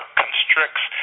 constricts